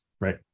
right